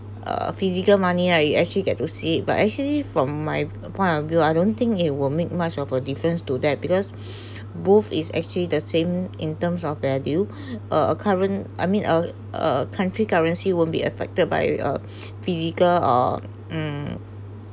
uh physical money right you actually get to see it but actually from my point of view I don't think it will make much of a difference to that because both is actually the same in terms of value uh uh current I mean uh uh country currency won't be affected by uh physical or mm